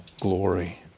Glory